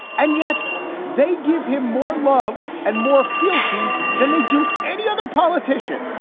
and yet they give him more love and more fealty than they do any other politician.